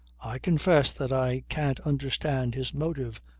i confess that i can't understand his motive,